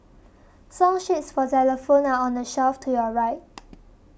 song sheets for xylophones are on the shelf to your right